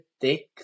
thick